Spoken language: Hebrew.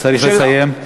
צריך לסיים.